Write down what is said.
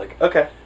Okay